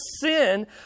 sin